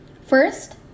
First